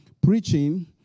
Preaching